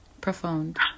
Profound